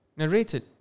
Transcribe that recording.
narrated